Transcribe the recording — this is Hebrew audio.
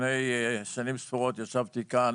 לפני שנים ספורות ישבתי כאן